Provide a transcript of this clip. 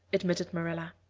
admitted marilla.